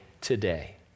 today